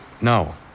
No